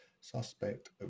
Suspect